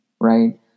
Right